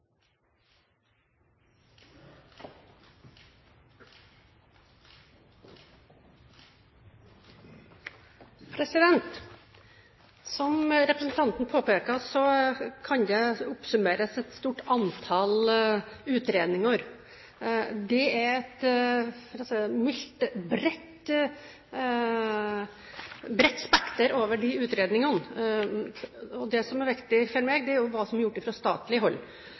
Som representanten påpeker, kan det oppsummeres et stort antall utredninger. Det er et, for å si det mildt, bredt spekter over de utredningene. Det som er viktig for meg, er hva som er gjort fra statlig hold, og fra statlig hold